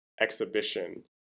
exhibition